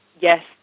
yes